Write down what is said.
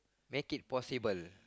make it possible